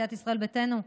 סיעת ישראל ביתנו,